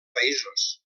països